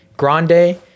Grande